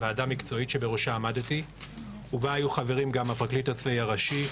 ועדה מקצועית שבראשה עמדתי ובה היו חברים גם הפרקליט הצבאי הראשי,